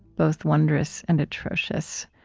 both wondrous and atrocious.